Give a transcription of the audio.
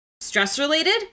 stress-related